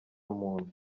muntu